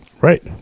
Right